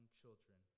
children